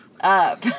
up